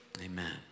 amen